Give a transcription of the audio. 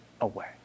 away